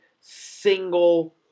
single